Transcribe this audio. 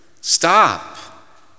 Stop